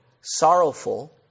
sorrowful